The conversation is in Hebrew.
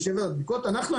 אנחנו,